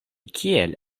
kiel